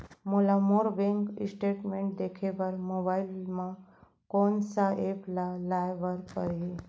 मोला मोर bank statement देखे बर मोबाइल मा कोन सा एप ला लाए बर परही?